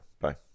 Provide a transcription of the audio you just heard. Bye